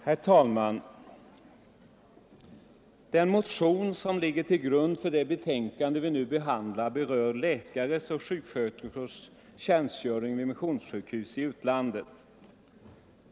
Herr talman! Den motion som ligger till grund för det betänkande vi nu skall behandla berör läkares och sjuksköterskors tjänstgöring vid missionssjukhus i utlandet.